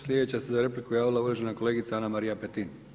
Sljedeća se za repliku javila uvažena kolegica Ana- Marija Petin.